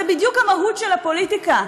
זו בדיוק המהות של הפוליטיקה,